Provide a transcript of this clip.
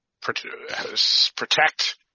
protect